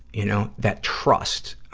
you know, that trust.